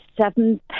Seven